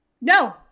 No